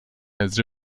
has